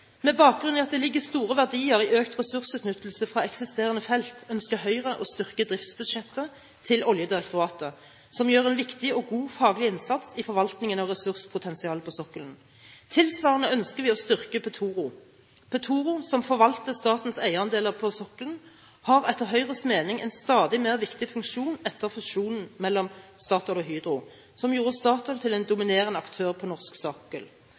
Med bakgrunn i at det ligger store verdier i økt ressursutnyttelse fra eksisterende felt, ønsker Høyre å styrke driftsbudsjettet til Oljedirektoratet, som gjør en viktig og god faglig innsats i forvaltningene av ressurspotensialet på sokkelen. Tilsvarende ønsker vi å styrke Petoro. Petoro, som forvalter statens eierandeler på sokkelen, har etter Høyres mening en stadig mer viktig funksjon etter fusjonen mellom Statoil og Hydro, som gjorde Statoil til en dominerende aktør på norsk